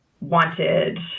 wanted